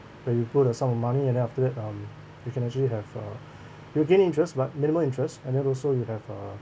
where you put a sum of money and then after that um you can actually have a you'll gain interest but minimal interest and then also you have uh